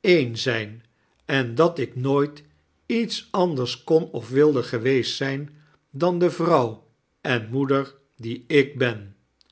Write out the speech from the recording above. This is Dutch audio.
een zqn en dat ik nooit iets anders kon of wilde geweest zijn dan de vrouw en moeder die ik ben